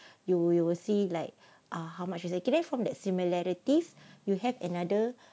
you will you will see like ah how much it is can I find the similarities you have another